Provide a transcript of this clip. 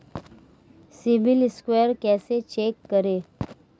CIBIL score कैसे check करें?